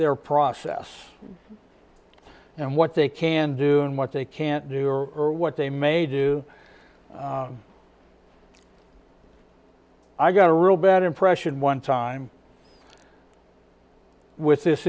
their process and what they can do and what they can't do or what they may do i got a real bad impression one time with this